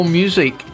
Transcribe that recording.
music